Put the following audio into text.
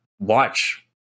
watch